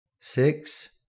six